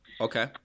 Okay